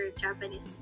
Japanese